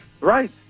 Right